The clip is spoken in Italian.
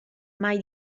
mai